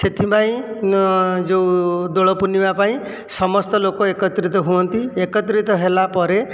ସେଥିପାଇଁ ଯେଉଁ ଦୋଳ ପୂର୍ଣ୍ଣିମା ପାଇଁ ସମସ୍ତ ଲୋକ ଏକତ୍ରିତ ହୁଅନ୍ତି ଏକତ୍ରିତ ହେଲା ପରେ